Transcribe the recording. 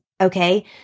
okay